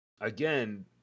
again